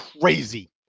crazy